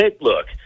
look